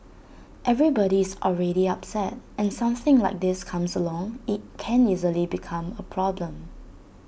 everybody is already upset and something like this comes along IT can easily become A problem